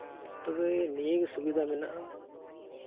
ᱛᱚᱵᱮ ᱱᱤᱭᱟᱹᱜᱮ ᱥᱩᱵᱤᱫᱷᱟ ᱢᱮᱱᱟᱜᱼᱟ